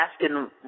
asking